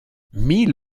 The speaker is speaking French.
mille